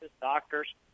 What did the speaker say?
doctors